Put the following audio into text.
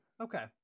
okay